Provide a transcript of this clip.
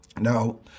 Now